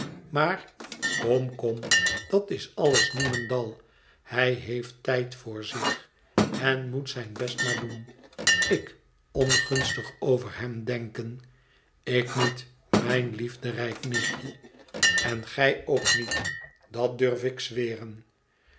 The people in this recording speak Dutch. maar kom kom dat is alles niemendal hij heeft tijd voor zich en moet zijn best maar doen ik ongunstig over hem denken ik niet mijn liefderijk nichtje en gij ook niet dat durf ik zweren